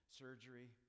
surgery